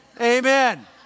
Amen